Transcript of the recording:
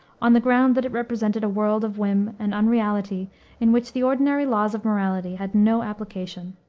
on the ground that it represented a world of whim and unreality in which the ordinary laws of morality had no application.